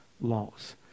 laws